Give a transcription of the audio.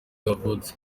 yavutse